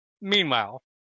meanwhile